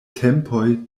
tempoj